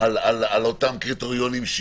על אותם קריטריונים,